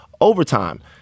overtime